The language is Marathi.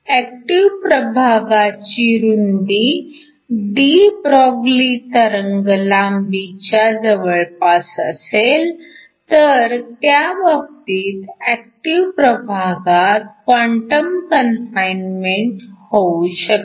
ऍक्टिव्ह प्रभागावाची रुंदी डी ब्रॉग्ली तरंगलांबी च्या जवळपास असेल तर त्या बाबतीत ऍक्टिव्ह प्रभागात क्वांटम कनफाइनमेंट होऊ शकते